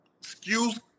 excuse